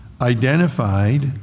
identified